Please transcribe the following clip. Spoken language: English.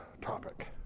topic